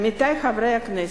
עמיתי חברי הכנסת,